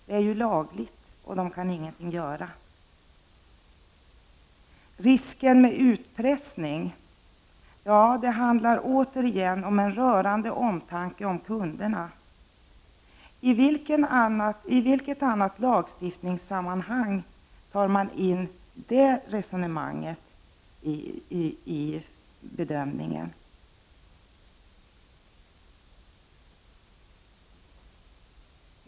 Det är ju lagligt och därför kan polisen ingenting göra. En annan invändning mot kriminalisering är att det ökar risken för utpressning. Återigen handlar det om en rörande omtanke om kunderna. I vilket annat lagstiftningssammanhang tar man in den aspekten vid bedömningen?